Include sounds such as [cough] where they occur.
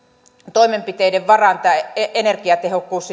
toimenpiteiden varaan tämä energiatehokkuus [unintelligible]